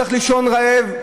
הולך לישון רעב,